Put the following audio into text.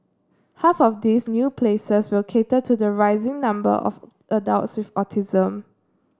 half of these new places will cater to the rising number of adults with autism